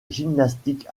gymnastique